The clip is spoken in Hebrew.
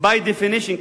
by definition,